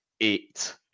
eight